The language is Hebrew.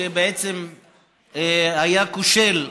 שבעצם היה כושל,